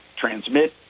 transmit